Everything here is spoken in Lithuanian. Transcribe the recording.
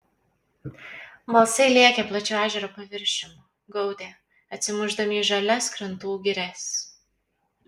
balsai lėkė plačiu ežero paviršium gaudė atsimušdami į žalias krantų girias